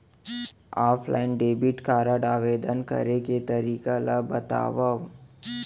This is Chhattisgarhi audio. ऑफलाइन डेबिट कारड आवेदन करे के तरीका ल बतावव?